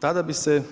Tada bi se